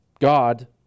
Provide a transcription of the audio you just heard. God